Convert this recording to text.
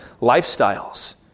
lifestyles